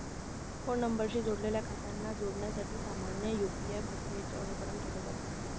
phone नंबरशी जोडलेल्या खात्यांना जोडण्यासाठी सामान्य यू.पी.आय प्रक्रियेचे अनुकरण केलं जात